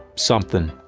something.